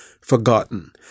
forgotten